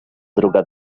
druga